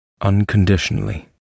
unconditionally